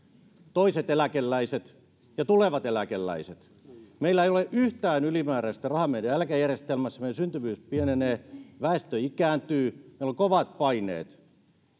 toiset eläkeläiset ja tulevat eläkeläiset meillä ei ole yhtään ylimääräistä rahaa meidän eläkejärjestelmässämme meidän syntyvyys pienenee väestö ikääntyy meillä on kovat paineet ja